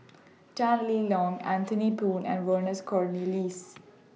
Tan Lee Leng Anthony Poon and Vernon Cornelius